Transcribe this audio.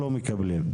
לא מקבלים.